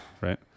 right